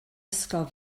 ysgol